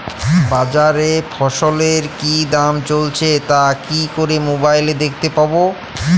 বাজারে ফসলের কি দাম চলছে তা কি করে মোবাইলে দেখতে পাবো?